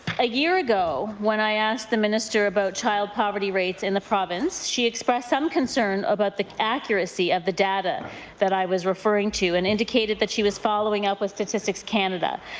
a year ago when i asked the minister about child poverty rates in the province, she expressed some concern about the accuracy of the data that i was referring to. and indicated she was following up with statistics canada.